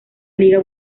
liga